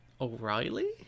O'Reilly